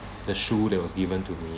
the shoe that was given to me